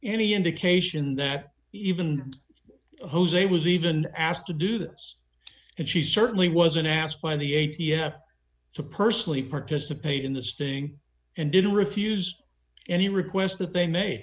any indication that even jose was even asked to do this and she certainly wasn't asked by the a t f to personally participate in the sting and didn't refuse any requests that they may